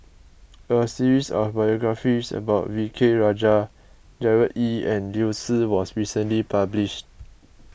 a series of biographies about V K Rajah Gerard Ee and Liu Si was recently published